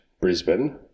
Brisbane